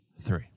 Three